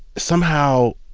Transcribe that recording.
somehow,